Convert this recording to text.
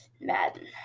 Madden